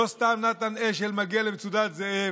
לא סתם נתן אשל מגיע למצודת זאב,